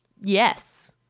Yes